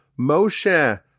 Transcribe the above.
Moshe